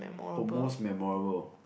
oh most memorable